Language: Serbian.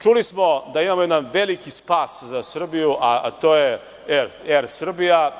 Čuli smo da imamo jedan veliki spas za Srbiju, a to je „Er Srbija“